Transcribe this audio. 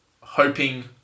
hoping